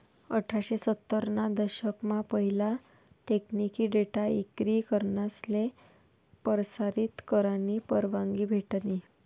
अठराशे सत्तर ना दशक मा पहिला टेकनिकी डेटा इक्री करनासले परसारीत करानी परवानगी भेटनी